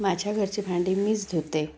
माझ्या घरची भांडी मीच धुते